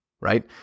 right